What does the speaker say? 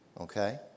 Okay